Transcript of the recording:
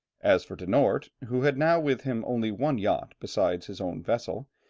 as for de noort, who had now with him only one yacht besides his own vessel,